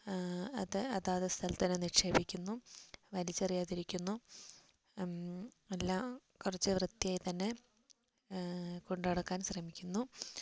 അത് അതാതു സ്ഥലത്തു തന്നെ നിക്ഷേപിക്കുന്നു വലിച്ചെറിയാതിരിക്കുന്നു എല്ലാം കുറച്ചു വൃത്തിയായി തന്നെ കൊണ്ടുനടക്കാൻ ശ്രമിക്കുന്നു